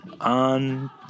on